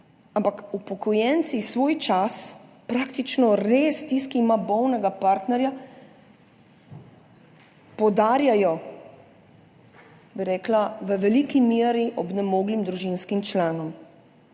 Ampak upokojenci svoj čas, praktično res tisti, ki ima bolnega partnerja, podarjajo v veliki meri obnemoglim družinskim članom.